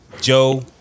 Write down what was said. Joe